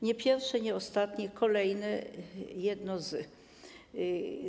Nie pierwsze, nie ostatnie, kolejne, jedno z nich.